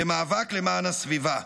במאבק למען הסביבה,